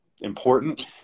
important